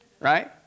right